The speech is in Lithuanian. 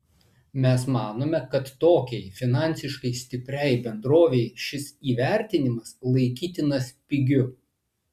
mes manome kad tokiai finansiškai stipriai bendrovei šis įvertinimas laikytinas pigiu